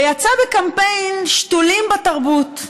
ויצא בקמפיין שתולים בתרבות: